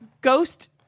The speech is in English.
ghost